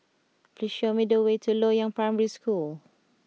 please show me the way to Loyang Primary School